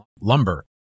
lumber